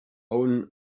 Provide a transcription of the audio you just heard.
own